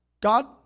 God